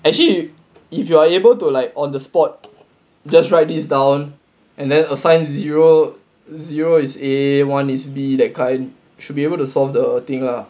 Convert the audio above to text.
actually if you are able to like on the spot just write this down and then assign zero zero is A one is B that kind should be able to solve the thing lah